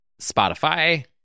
spotify